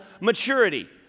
maturity